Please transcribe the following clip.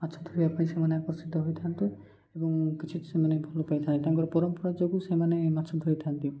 ମାଛ ଧରିବା ପାଇଁ ସେମାନେ ଆକର୍ଷିତ ହୋଇଥାନ୍ତି ଏବଂ କିଛି ସେମାନେ ଭଲ ପାଇଥାନ୍ତି ତାଙ୍କର ପରମ୍ପରା ଯୋଗୁଁ ସେମାନେ ମାଛ ଧରିଥାନ୍ତି